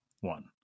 one